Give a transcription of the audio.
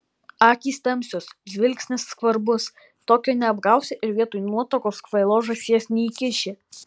akys tamsios žvilgsnis skvarbus tokio neapgausi ir vietoj nuotakos kvailos žąsies neįkiši